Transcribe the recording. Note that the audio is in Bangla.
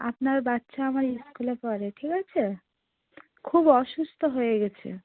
আপনার বাচ্চা আমার স্কুলে পড়ে ঠিক আছে খুব অসুস্থ হয়ে গেছে